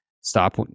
Stop